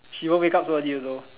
she won't wake up so early also